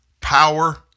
Power